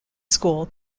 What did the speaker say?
school